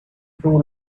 too